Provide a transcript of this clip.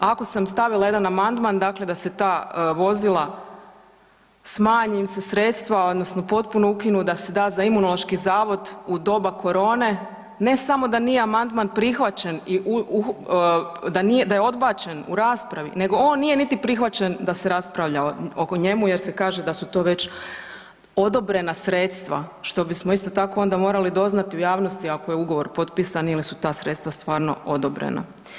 Ako sam stavila jedan amandman, dakle da se ta vozila smanji im se sredstva odnosno potpuno ukinu, da se da za Imunološki zavod u doba korone, ne samo da nije amandman prihvaćen, da nije, da je odbačen u raspravi nego on nije niti prihvaćen da se raspravlja o njemu jer se kaže da su to već odobrena sredstva, što bismo isto tako onda morali doznati u javnosti ako je ugovor potpisan ili su ta sredstva stvarno odobrena.